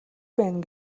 байна